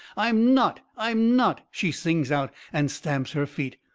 i'm not! i'm not! she sings out, and stamps her feet.